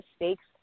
mistakes